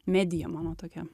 medija mano tokia